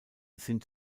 sind